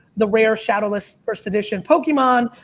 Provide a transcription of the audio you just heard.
the rare shadowless first edition pokemon,